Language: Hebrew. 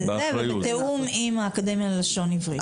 ובתיאום עם האקדמיה ללשון עברית.